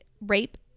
rape